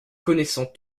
connaissant